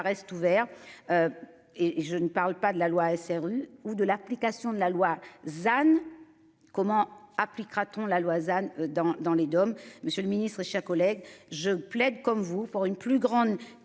reste ouvert. Et je ne parle pas de la loi SRU ou de l'application de la loi than. Comment appliquera-t-on la loi dans dans les Dom. Monsieur le Ministre, chers collègues, je plaide, comme vous pour une plus grande.